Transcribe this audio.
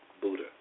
Buddha